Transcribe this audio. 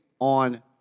on